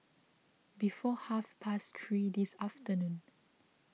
before half past three this afternoon